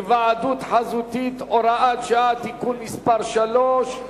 (היוועדות חזותית, הוראת שעה) (תיקון מס' 3),